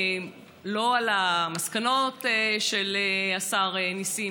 לא על המסקנות של השר נסים,